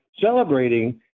celebrating